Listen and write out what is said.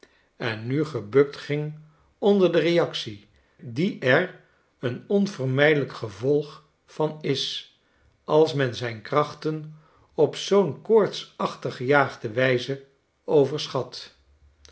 en nu gebukt ging onder de reactie die er een onvermijdelijk gevolg van is als men zijn krachten op zoo'n koortsachtig gejaagde wijze overschat